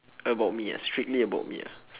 about me ah strictly about me ah